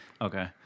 Okay